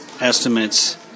estimates